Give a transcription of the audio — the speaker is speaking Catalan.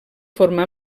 formar